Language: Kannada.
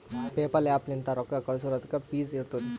ಪೇಪಲ್ ಆ್ಯಪ್ ಲಿಂತ್ ರೊಕ್ಕಾ ಕಳ್ಸುರ್ ಅದುಕ್ಕ ಫೀಸ್ ಇರ್ತುದ್